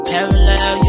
Parallel